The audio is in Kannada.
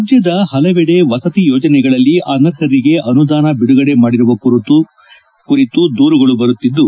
ರಾಜ್ಞದ ಹಲವೆಡೆ ವಸತಿ ಯೋಜನೆಗಳಲ್ಲಿ ಅನರ್ಹರಿಗೆ ಅನುದಾನ ಬಿಡುಗಡೆ ಮಾಡಿರುವ ಕುರಿತು ದೂರುಗಳು ಬರುತ್ತಿದ್ದು